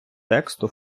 тексту